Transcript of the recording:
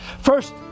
First